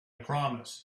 promise